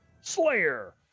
Slayer